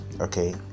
okay